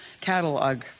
catalog